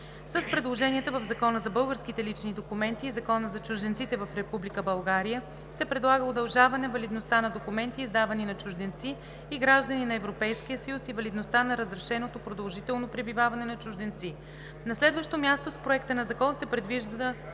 С предложенията в Закона за българските лични документи и Закона за чужденците в Република България се предлага удължаване валидността на документи, издавани на чужденци и граждани на Европейския съюз и валидността на разрешеното продължително пребиваване на чужденци. На следващо място с Проекта на закона се предвижда до